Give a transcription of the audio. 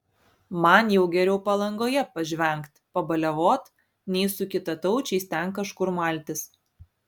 man jau geriau palangoje pažvengt pabaliavot nei su kitataučiais ten kažkur maltis